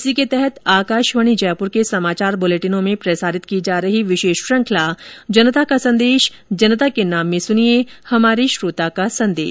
इसी के तहत आकाशवाणी जयपुर के समाचार बुलेटिनों में प्रसारित की जा रही विशेष श्रुखंला जनता का संदेश जनता के नाम में सुनिये हमारे श्रोता का संदेश